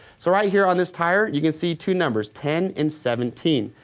so right here on this tire, you can see two numbers ten and seventeen.